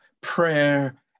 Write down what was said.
prayer